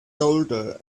older